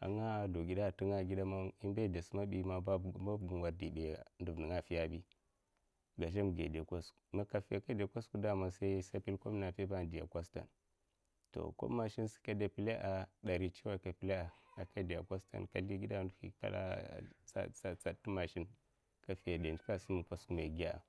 ai nga sldaw gida ai tingaia, man babga in wardi bi ndar ninga ai ai fiyabi gazhanga ai da ai kwasak kosa ai ka de kosak sai man igila ai kob maglim ai de kostam to kob mashn sa kada pilla'a, dari tsaw ai ka pillara kade ai kostom ka sldi gida ai ndihi tsa tsad ti mashin kafi ai da ndika ai sam kosk mai giya'a